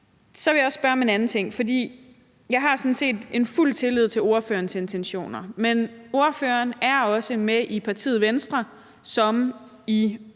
Så vil jeg også spørge om en anden ting, for jeg har sådan set fuld tillid til ordførerens intentioner, men ordføreren er også med i partiet Venstre, som i